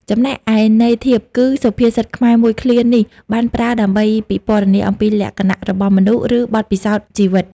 ចំំណែកឯន័យធៀបគឺ សុភាសិតខ្មែរមួយឃ្លានេះបានប្រើដើម្បីពិពណ៌នាអំពីលក្ខណៈរបស់មនុស្ស ឬបទពិសោធន៍ជីវិត។